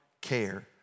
care